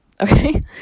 okay